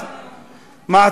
במעצר מינהלי.